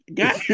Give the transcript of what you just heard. got